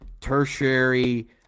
tertiary